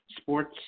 sports